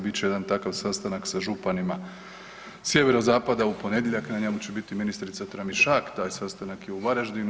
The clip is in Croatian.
Bit će jedan takav sastanak sa županima sjeverozapada u ponedjeljak, na njemu će biti ministrica Tramišak, taj sastanak je u Varaždinu.